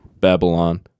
babylon